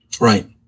Right